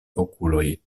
okuloj